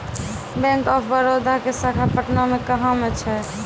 Bank of Baroda के शाखा पटना मे कहां मे छै?